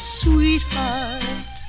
sweetheart